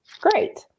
Great